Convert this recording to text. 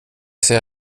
sig